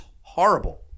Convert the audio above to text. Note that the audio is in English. horrible